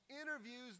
interviews